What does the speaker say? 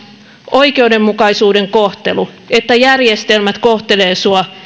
oikeudenmukainen kohtelu että järjestelmät kohtelevat sinua